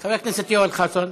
חבר הכנסת יואל חסון.